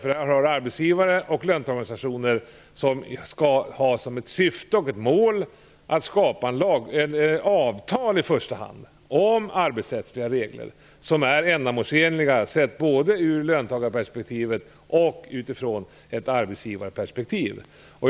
Här finns arbetsgivare och löntagarorganisationer som skall ha till syfte och mål att skapa ett avtal i första hand om arbetsrättsliga regler, som är ändamålsenliga både ur löntagarperspektivet och ett arbetsgivarperspektivet.